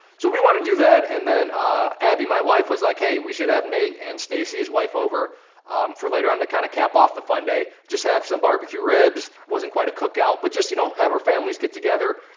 so we wanna do that and then abby, my wife, was like, hey, we should have nate and stacy, his wife, over for later on to kind of cap off the fun day. just have some barbecue ribs. wasn't quite a cookout, but just, you know, have our families get together,